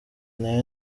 nayo